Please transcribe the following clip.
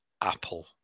Apple